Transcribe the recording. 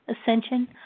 ascension